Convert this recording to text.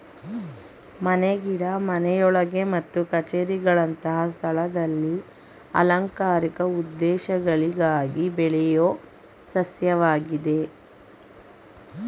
ಮನೆ ಗಿಡ ಮನೆಯೊಳಗೆ ಮತ್ತು ಕಛೇರಿಗಳಂತ ಸ್ಥಳದಲ್ಲಿ ಅಲಂಕಾರಿಕ ಉದ್ದೇಶಗಳಿಗಾಗಿ ಬೆಳೆಯೋ ಸಸ್ಯವಾಗಿದೆ